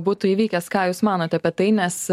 būtų įvykęs ką jūs manote apie tai nes